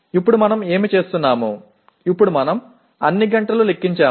ఇప్పుడు మనం ఏమి చేస్తున్నాము ఇప్పుడు మనం అన్ని గంటలు లెక్కించాము